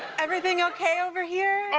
everything okay over here?